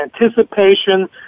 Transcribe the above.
anticipation